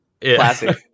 Classic